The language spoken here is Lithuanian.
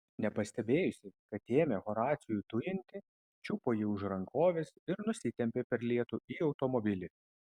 nepastebėjusi kad ėmė horacijų tujinti čiupo jį už rankovės ir nusitempė per lietų į automobilį